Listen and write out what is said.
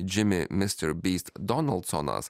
džimi mister byst donodlsonas